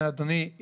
כן, אדוני.